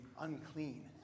unclean